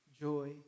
joy